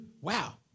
Wow